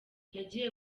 nagiye